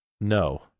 No